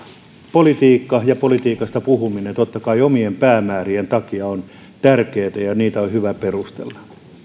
politiikka ja politiikasta puhuminen totta kai omien päämäärien takia on tärkeää ja niitä on hyvä perustella